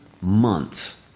months